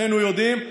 שנינו יודעים,